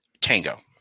tango